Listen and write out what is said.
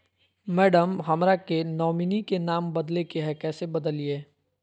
madam, हमरा के nominee में नाम बदले के हैं, कैसे बदलिए